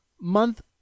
month